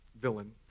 villain